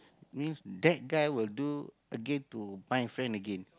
means that guy will do again to my friend again